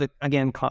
Again